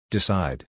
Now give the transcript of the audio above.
Decide